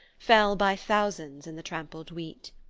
fell by thousands in the trampled wheat.